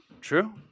True